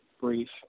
brief